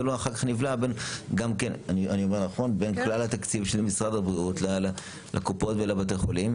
לא אחר כך נבלע בכלל התקציב של משרד הבריאות לקופות ולבתי החולים